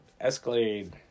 Escalade